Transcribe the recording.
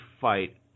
fight